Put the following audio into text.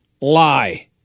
lie